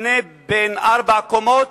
מבנה בן ארבע קומות.